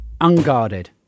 unguarded